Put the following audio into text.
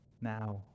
now